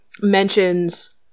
mentions